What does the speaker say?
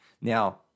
Now